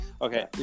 Okay